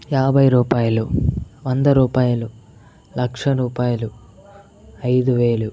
యాభై రూపాయులు వంద రూపాయులు లక్ష రూపాయులు ఐదు వేలు